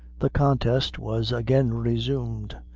the contest was again resumed.